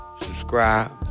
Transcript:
subscribe